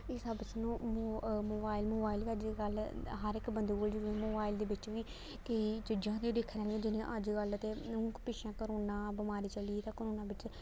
एह् सब सानूं मो मोबाइल मोबाइल गै अजकल्ल हर इक बंदे कोल जरूर मोबाइल दे बिच्च बी केईं चीजां होंदिया दिक्खने आह्लियां जि'यां अजकल्ल ते हून पिच्छें कोरोना बमारी चली ते कोरोना बिच्च